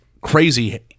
crazy